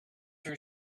her